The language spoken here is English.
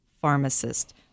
pharmacist